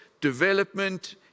development